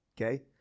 okay